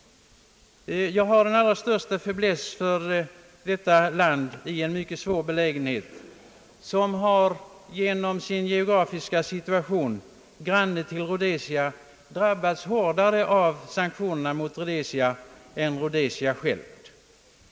Jag har den allra största faiblesse för detta land som är i en mycket svår belägenhet. Genom sin geografiska situation — landet är granne till Rhodesia — har det drabbats hårdare av sanktionerna mot detta land än Rhodesia självt.